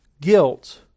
guilt